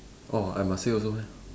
orh I must say also meh